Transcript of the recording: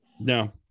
No